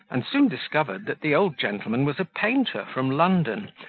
and soon discovered that the old gentleman was a painter from london,